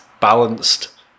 balanced